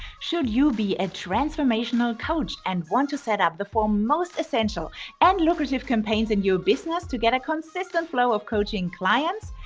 should you be a transformational transformational coach and want to set up the four most essential and lucrative campaigns in your business to get a consistent flow of coaching clients,